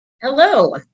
Hello